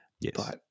Yes